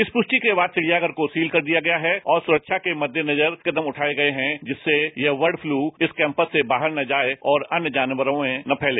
इस पुष्टि के बाद चिड़ियाघर को सील कर दिया गया है और सुरक्षा के महेनजर कदम रवाये गए हैं जिससे कि यह बर्ड फ्लू इस कैंपस से बाहर न जाए और अन्य जानवरों में न फैले